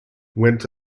went